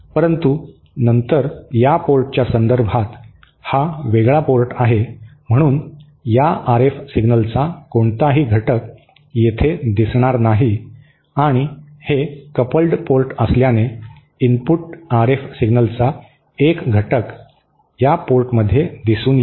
परंतु नंतर या पोर्टच्या संदर्भात हा वेगळा पोर्ट आहे म्हणून या आरएफ सिग्नलचा कोणताही घटक येथे दिसणार नाही आणि हे कपल्ड पोर्ट असल्याने इनपुट आरएफ सिग्नलचा एक घटक या बंदरात दिसून येईल